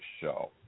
show